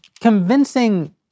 convincing